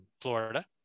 Florida